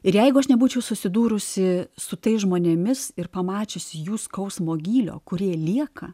ir jeigu aš nebūčiau susidūrusi su tais žmonėmis ir pamačiusi jų skausmo gylio kurie lieka